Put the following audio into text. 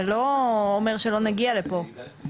זה לא אומר שלא נגיע לפה.